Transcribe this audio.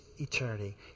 eternity